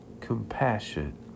compassion